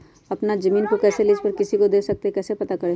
अपना जमीन को कैसे लीज पर किसी को दे सकते है कैसे पता करें?